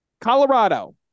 Colorado